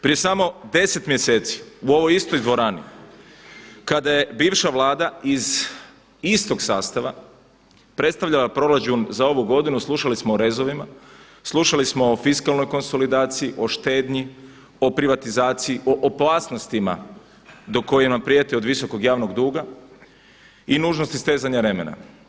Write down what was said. Prije samo deset mjeseci u ovoj istoj dvorani, kada je bivša Vlada iz istog sastava predstavljala proračun za ovu godinu slušali smo o rezovima, slušali smo o fiskalnoj konsolidaciji, o štednji, o privatizaciji, o opasnostima koje nam prijete od visokog javnog duga i nužnosti stezanja remena.